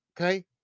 Okay